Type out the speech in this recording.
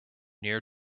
near